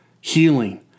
healing